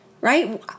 right